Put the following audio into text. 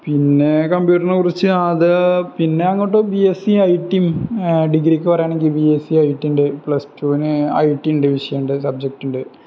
പിന്നെ കംപ്യൂട്ടറിനെക്കുറിച്ച് അത് പിന്നങ്ങോട്ട് B S C I T ഡിഗ്രിക്ക് പറയുകയാണെങ്കിൽ ബി എസ് സി ഐ ടിയുണ്ട് പ്ലസ് ടുവിന് ഐ ടിയുണ്ട് വിഷയമുണ്ട് സബ്ജക്റ്റുണ്ട്